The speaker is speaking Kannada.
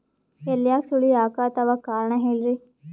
ಎಲ್ಯಾಗ ಸುಳಿ ಯಾಕಾತ್ತಾವ ಕಾರಣ ಹೇಳ್ರಿ?